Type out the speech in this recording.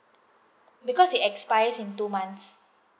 because it expires in two months